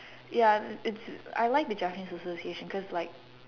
ya it's it's I like the Japanese association cause like